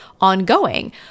ongoing